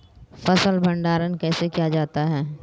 फ़सल भंडारण कैसे किया जाता है?